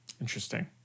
Interesting